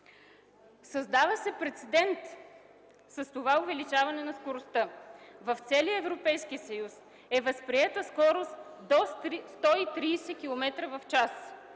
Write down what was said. Създава се прецедент с това увеличаване на скоростта. В целия Европейския съюз е възприета скорост до 130 км в час.